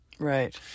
Right